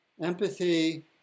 Empathy